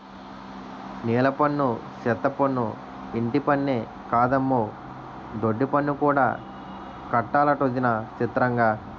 నీలపన్ను, సెత్తపన్ను, ఇంటిపన్నే కాదమ్మో దొడ్డిపన్ను కూడా కట్టాలటొదినా సిత్రంగా